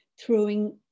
throwing